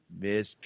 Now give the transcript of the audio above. miss